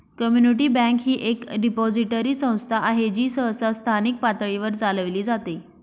community bank ही एक depository संस्था आहे जी सहसा स्थानिक पातळीवर चालविली जाते